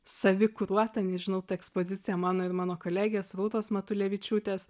savi kuruota nežinau ta ekspozicija mano ir mano kolegės rūtos matulevičiūtės